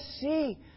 see